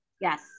Yes